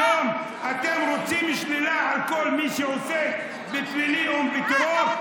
היום אתם רוצים שתהיה שלילה על כל מי שעוסק בפלילי ובטרור,